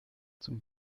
zum